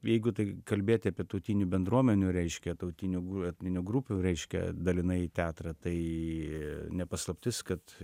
jeigu tai kalbėti apie tautinių bendruomenių reiškia tautinių etninių grupių reiškia dalinai teatrą tai ne paslaptis kad